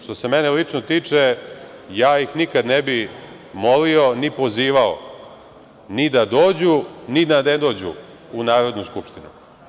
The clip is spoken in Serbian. Što se mene lično tiče, ja ih nikad ne bi molio ni pozivao, ni da dođu, ni da ne dođu u Narodnu skupštinu.